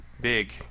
Big